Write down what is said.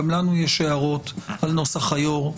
גם לנו יש הערות על נוסח היו"ר,